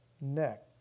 neck